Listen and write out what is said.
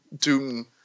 Doom